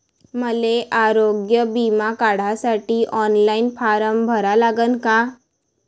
मले आरोग्य बिमा काढासाठी ऑनलाईन फारम भरा लागन का?